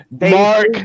Mark